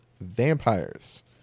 vampires